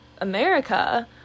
America